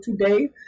today